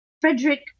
Frederick